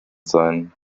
sein